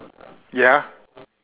ya